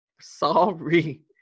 Sorry